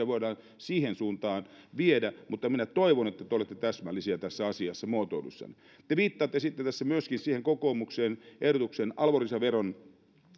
voidaan siihen suuntaan viedä mutta minä toivon että te olette täsmällinen muotoilussanne tässä asiassa te viittasitte tässä myöskin siihen kokoomuksen ehdotukseen arvonlisäveron